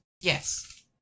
yes